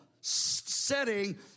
setting